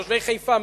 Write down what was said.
תושבי חיפה,